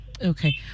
Okay